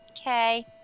Okay